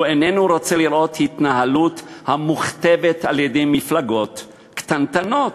הוא איננו רוצה לראות התנהלות המוכתבת על-ידי מפלגות קטנטנות,